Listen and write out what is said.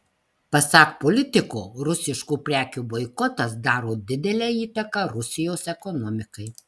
pasak politiko rusiškų prekių boikotas daro didelę įtaką rusijos ekonomikai